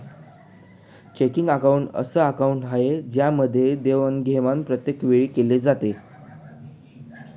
checking account अस account आहे ज्यामध्ये देवाणघेवाण प्रत्येक वेळी केली जाते